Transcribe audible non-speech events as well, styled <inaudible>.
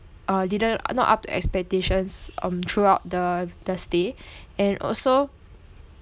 uh didn't are not up to expectations um throughout the the stay <breath> and also